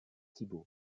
thibaud